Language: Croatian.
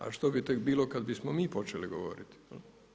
A što bi tek bilo kada bismo mi počeli govoriti.